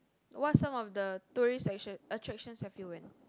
what some of the tourist attractions attractions have you went